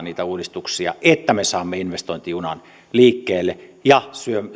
niitä uudistuksia tarvitaan että me saamme investointijunan liikkeelle ja